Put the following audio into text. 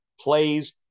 plays